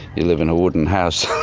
you live in a wooden house